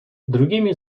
другими